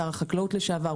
שר החקלאות לשעבר,